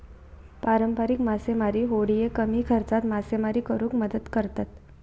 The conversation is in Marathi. पारंपारिक मासेमारी होडिये कमी खर्चात मासेमारी करुक मदत करतत